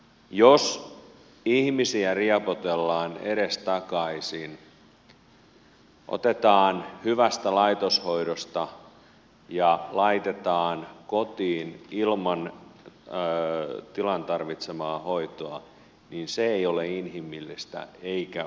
jos ihmisiä riepotellaan edestakaisin otetaan hyvästä laitoshoidosta ja laitetaan kotiin ilman tilan tarvitsemaa hoitoa niin se ei ole inhimillistä eikä oikein